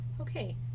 okay